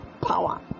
power